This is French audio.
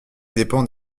dépend